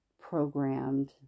programmed